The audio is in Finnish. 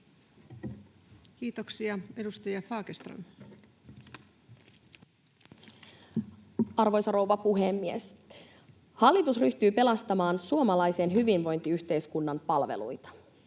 Kiitoksia. — Edustaja Fagerström. Arvoisa rouva puhemies! Hallitus ryhtyy pelastamaan suomalaisen hyvinvointiyhteiskunnan palveluita.